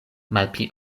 malpli